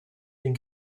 den